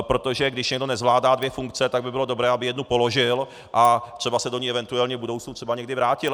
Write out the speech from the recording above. Protože když někdo nezvládá dvě funkce, tak by bylo dobré, aby jednu položil a třeba se do ní eventuálně v budoucnu třeba někdy vrátil.